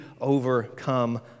overcome